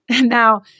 Now